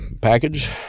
package